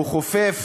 הוא כופף